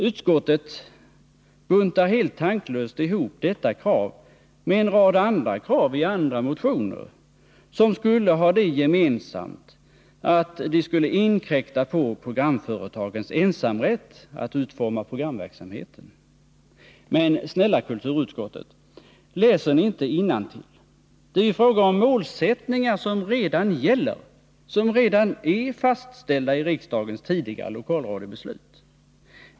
Utskottet buntar helt tanklöst ihop detta krav med en rad andra krav i andra motioner, som skulle ha det gemensamt att de skulle inkräkta på programföretagens ensamrätt att utforma programverksamheten. Men, snälla kulturutskottet, läser ni inte innantill? Det är ju fråga om målsättningar som redan gäller, som redan är fastställda i riksdagens tidigare lokalradiobeslut.